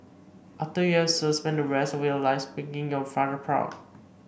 after you have served spend the rest of your life making your father proud